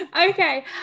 Okay